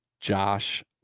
josh